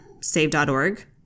save.org